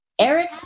Eric